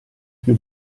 più